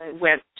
went